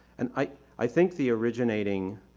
and i i think the originating